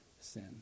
sin